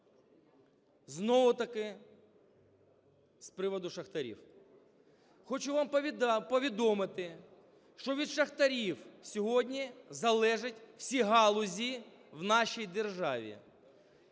знову-таки з приводу шахтарів. Хочу вам повідомити, що від шахтарів сьогодні залежать всі галузі в нашій державі.